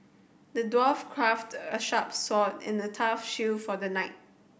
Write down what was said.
the dwarf crafted a sharp sword and a tough shield for the knight